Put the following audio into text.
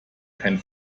kein